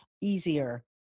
easier